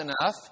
enough